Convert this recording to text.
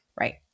Right